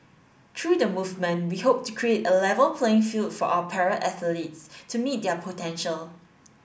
through the movement we hope to create a level playing field for our para athletes to meet their potential